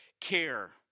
care